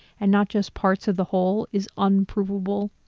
and not just parts of the whole is unprovable,